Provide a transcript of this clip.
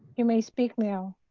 you may speak now.